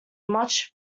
much